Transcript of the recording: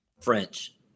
French